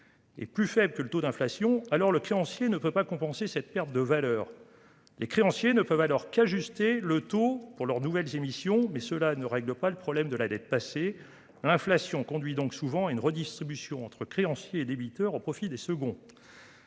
et inférieur au taux d'inflation, alors le créancier ne peut pas compenser cette perte de valeur. Celui-ci ne peut alors qu'ajuster le taux des nouvelles émissions, ce qui ne règle pas le problème de la dette passée. Ainsi, l'inflation conduit souvent à une redistribution entre créanciers et débiteurs au profit des seconds.